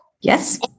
Yes